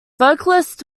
vocalist